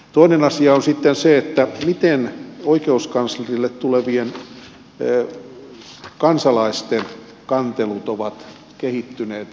toinen asia on sitten se miten oikeuskanslerille tulevien kansalaisten kantelut ovat kehittyneet viime aikoina